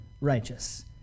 righteous